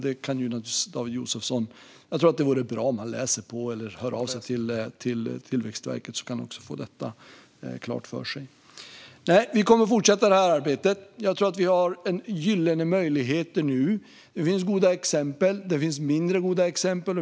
Det vore nog bra om David Josefsson läste på eller hörde av sig till Tillväxtverket så att han kan få detta klart för sig. Vi kommer att fortsätta med detta arbete. Jag tror att vi nu har en gyllene möjlighet. Det finns goda exempel, men även mindre goda exempel.